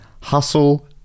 hustle